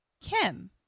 kim